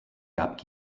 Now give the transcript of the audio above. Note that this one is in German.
gab